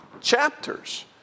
chapters